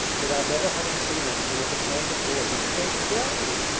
without ever having seen anything of the kind before, you've killed a brave